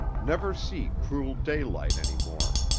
never see cruel daylight any more.